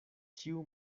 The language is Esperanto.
ĉiu